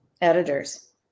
editors